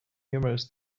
numerous